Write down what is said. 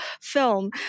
film